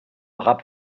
rap